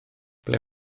ble